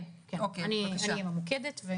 כן, אני אהיה ממוקדת.